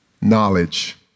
knowledge